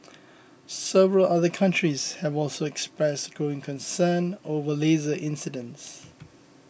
several other countries have also expressed growing concern over laser incidents